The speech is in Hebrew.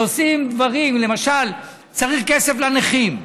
שעושה דברים, למשל: צריך כסף לנכים.